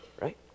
right